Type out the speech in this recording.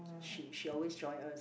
she she always join us